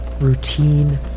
Routine